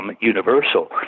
universal